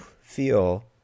feel